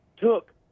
took